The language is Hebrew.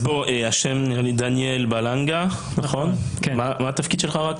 דניאל בלנגה, מה התפקיד שלך?